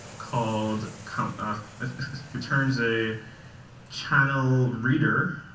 called kind of returns a channel reader.